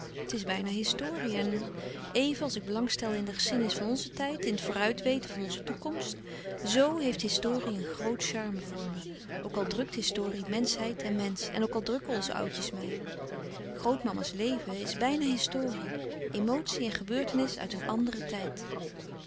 het is bijna historie en even als ik belang stel in de geschiedenis van onzen tijd in het vooruitweten van onze toekomst zoo heeft historie een groote charme voor me ook al drukt historie menschheid en mensch en ook al drukken onze oudjes mij grootmama's leven is bijna historie emotie en gebeurtenis uit een anderen tijd